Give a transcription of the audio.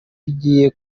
rigiye